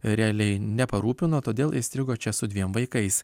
realiai neparūpino todėl įstrigo čia su dviem vaikais